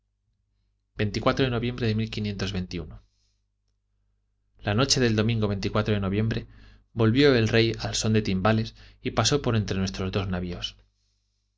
del de noviembre volvió el rey al son de timbales y pasó por entre nuestros dos navios